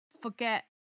forget